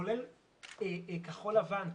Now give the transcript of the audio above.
כולל כחול-לבן,